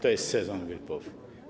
To jest sezon grypowy.